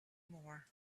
more